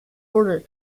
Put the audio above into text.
order